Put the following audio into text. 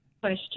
question